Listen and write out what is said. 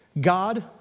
God